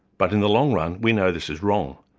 but in the long run we know this is wrong.